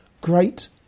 great